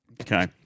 Okay